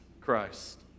Christ